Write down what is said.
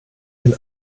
den